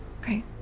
Okay